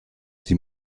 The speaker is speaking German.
sie